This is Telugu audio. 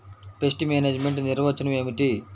పెస్ట్ మేనేజ్మెంట్ నిర్వచనం ఏమిటి?